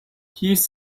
says